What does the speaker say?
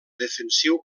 defensiu